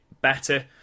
better